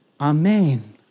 amen